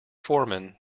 foreman